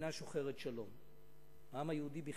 והצליח לעבור את הבידוק, שכנראה גם לא היה בחניון